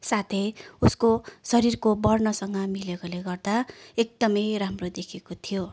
साथै उसको शरीरको वर्णसँग मिलेकोले गर्दा एकदमै राम्रो देखिएको थियो